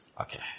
Okay